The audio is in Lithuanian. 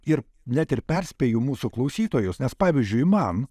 ir net ir perspėju mūsų klausytojus nes pavyzdžiui man